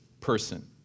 person